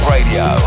Radio